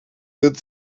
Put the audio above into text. wird